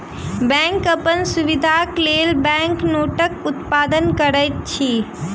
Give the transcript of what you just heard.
bank अपन सुविधाक लेल बैंक नोटक उत्पादन करैत अछि